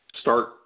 start